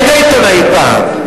היית עיתונאי פעם.